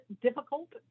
difficult